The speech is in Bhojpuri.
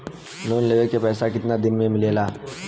लोन के पैसा कितना दिन मे मिलेला?